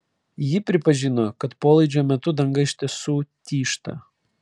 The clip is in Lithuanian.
ji pripažino kad polaidžio metu danga iš tiesų tyžta